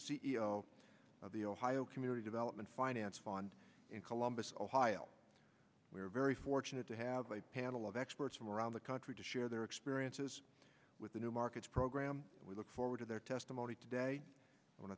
o of the ohio community development finance fund in columbus ohio we are very fortunate to have a panel of experts from around the country to share their experiences with the new markets program we look forward to their testimony today